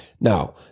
Now